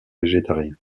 végétariens